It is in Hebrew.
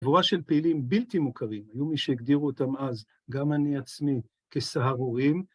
חבורה של פעילים בלתי מוכרים, היו מי שהגדירו אותם אז, גם אני עצמי, כסהרורים.